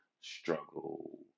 struggle